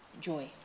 joy